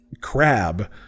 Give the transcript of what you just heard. crab